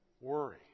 worry